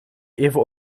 even